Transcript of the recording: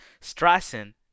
Strassen